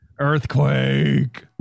earthquake